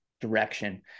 direction